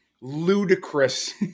ludicrous